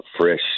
fresh –